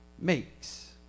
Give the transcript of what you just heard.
makes